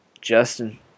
Justin